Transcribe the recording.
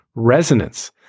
resonance